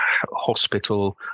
hospital